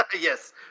Yes